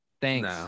Thanks